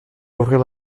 ouvrir